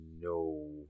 No